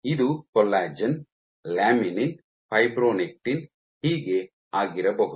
ಇದು collagen laminin fibronectin ಹೀಗೆ ಆಗಿರಬಹುದು